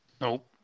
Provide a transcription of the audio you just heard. Nope